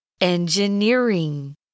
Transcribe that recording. Engineering